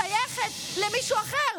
שייכת למישהו אחר,